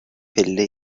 پله